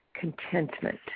contentment